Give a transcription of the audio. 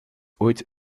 ooit